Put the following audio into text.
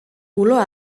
olor